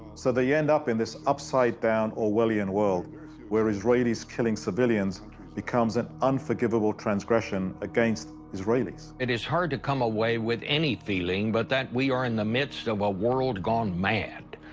so that you end up in this upside-down, orwellian world where israelis killing civilians becomes an unforgivable transgression against israelis. it is hard to come away with any feeling but that we are in the midst of a world gone mad.